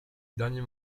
dernier